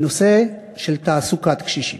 בנושא תעסוקת קשישים.